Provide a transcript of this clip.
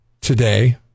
today